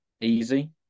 easy